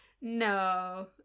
No